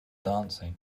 dancing